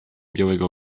białego